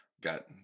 got